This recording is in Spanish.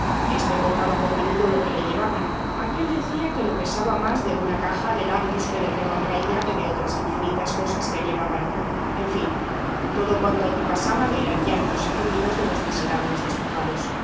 éste contaba por menudo lo que le llevaban aquél decía que le pesaba más de una caja de agnus que de roma traía que de otras infinitas cosas que llevaban en fin todo cuanto allí pasaba eran llantos y gemidos de los miserables despojados